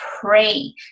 pray